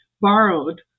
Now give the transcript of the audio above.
borrowed